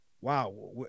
wow